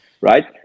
right